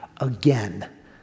again